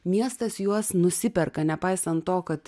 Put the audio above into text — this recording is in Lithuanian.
miestas juos nusiperka nepaisant to kad